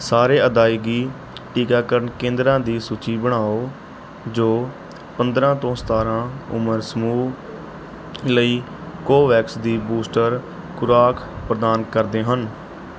ਸਾਰੇ ਅਦਾਇਗੀ ਟੀਕਾਕਰਨ ਕੇਂਦਰਾਂ ਦੀ ਸੂਚੀ ਬਣਾਓ ਜੋ ਪੰਦਰਾਂ ਤੋਂ ਸਤਾਰ੍ਹਾਂ ਉਮਰ ਸਮੂਹ ਲਈ ਕੋਵੈਕਸ ਦੀ ਬੂਸਟਰ ਖੁਰਾਕ ਪ੍ਰਦਾਨ ਕਰਦੇ ਹਨ